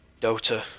Dota